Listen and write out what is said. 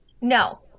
No